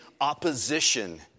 opposition